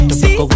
see